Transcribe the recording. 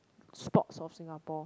spots of singapore